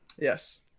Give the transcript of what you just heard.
Yes